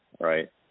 Right